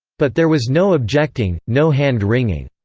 but there was no objecting, no hand-wringing.